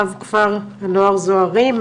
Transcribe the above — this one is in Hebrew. רב כפר הנוער זוהרים,